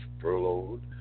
furloughed